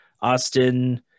Austin –